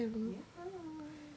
mm hoo